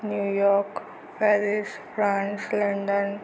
New York Paris France London